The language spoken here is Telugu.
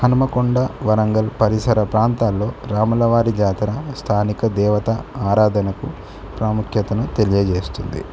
హనుమకొండ వరంగల్ పరిసర ప్రాంతాల్లో రామలవారి జాతర స్థానిక దేవత ఆరాధనకు ప్రాముఖ్యతను తెలియజేస్తుంది